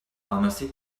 ramasser